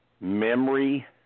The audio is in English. Memory